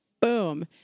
boom